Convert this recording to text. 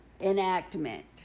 enactment